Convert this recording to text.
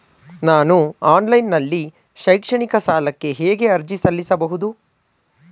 ನಾನು ಆನ್ಲೈನ್ ನಲ್ಲಿ ಶೈಕ್ಷಣಿಕ ಸಾಲಕ್ಕೆ ಹೇಗೆ ಅರ್ಜಿ ಸಲ್ಲಿಸಬಹುದು?